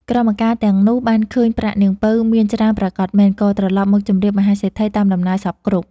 ក្រមការទាំងនោះបានឃើញប្រាក់នាងពៅមានច្រើនប្រាកដមែន ក៏ត្រឡប់មកជម្រាបមហាសេដ្ឋីតាមដំណើរសព្វគ្រប់ ។